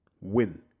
Win